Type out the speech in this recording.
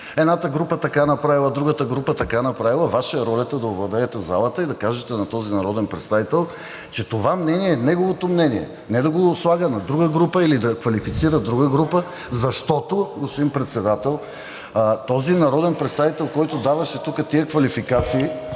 едната група така направила, другата група така направила, Ваша е ролята да овладеете залата и да кажете на този народен представител, че това мнение е неговото мнение, а не да го слага на друга група или да квалифицира друга група. Защото, господин Председател, този народен представител, който даваше тук тези квалификации